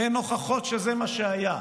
אין הוכחות שזה מה שהיה.